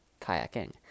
Kayaking